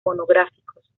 monográficos